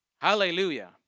Hallelujah